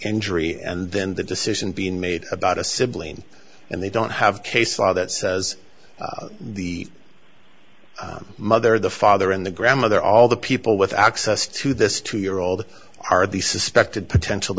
injury and then the decision being made about a sibling and they don't have case law that says the mother the father and the grandmother all the people with access to this two year old are the suspected potential